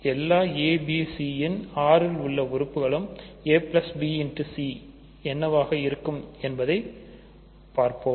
எல்லா a b c என்ற Rஇல் உள்ள உறுப்புகளுக்கும் c என்னவாக இருக்கும் என்பதைப் என்பதை பார்ப்போம்